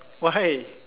why